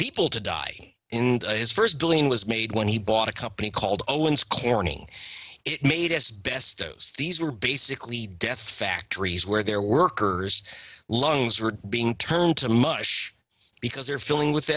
people to die in his first billion was made when he bought a company called corning it made its best these were basically death factories where their workers lungs were being turned to mush because they're filling with